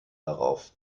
darauf